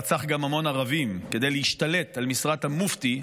רצח גם המון ערבים כדי להשתלט על משרת המופתי,